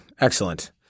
excellent